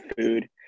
food